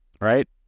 right